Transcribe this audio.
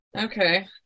Okay